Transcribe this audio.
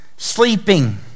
sleeping